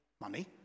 money